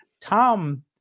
Tom